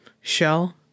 Shell